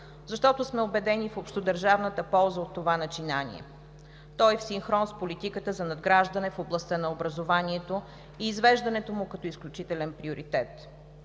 защото сме убедени в общодържавната полза от това начинание. То е в синхрон с политиката за надграждане в областта на образованието и извеждането му като изключителен приоритет.